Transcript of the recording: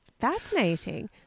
fascinating